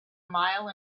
mile